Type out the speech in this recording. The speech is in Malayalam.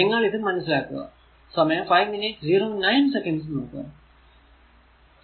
നിങ്ങൾ ഇത് മനസിലാക്കുക